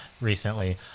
recently